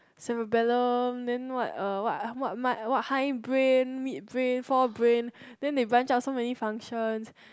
cerebellum then what uh what ah what high brain mid brain fore brain then they branch out so many function